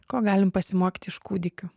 ko galim pasimokyti iš kūdikių